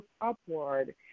upward